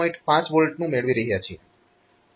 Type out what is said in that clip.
5 V નું મેળવી રહ્યા છીએ